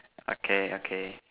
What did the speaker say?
okay okay